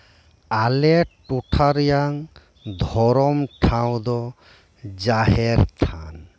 ᱟᱞᱮ ᱴᱚᱴᱷᱟ ᱨᱮᱱᱟᱜ ᱫᱷᱚᱨᱚᱢ ᱴᱷᱟᱶ ᱫᱚ ᱡᱟᱦᱮᱨ ᱛᱷᱟᱱ